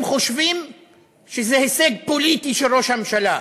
הם חושבים שזה הישג פוליטי של ראש הממשלה.